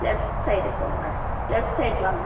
left side போங்க left side வாங்க